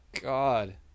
God